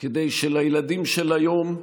כדי שלילדים של היום,